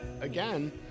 Again